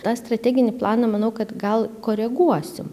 tą strateginį planą manau kad gal koreguosim